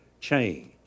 change